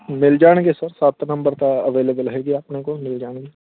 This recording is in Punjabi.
ਮਿਲ ਜਾਣਗੇ ਸਰ ਸੱਤ ਨੰਬਰ ਤਾਂ ਅਵੇਲੇਬਲ ਹੈਗੇ ਆਪਣੇ ਕੋਲ ਮਿਲ ਜਾਣਗੇ